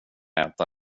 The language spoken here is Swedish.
äta